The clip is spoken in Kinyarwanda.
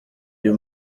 uyu